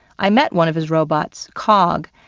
i met one of his robots, cog,